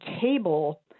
table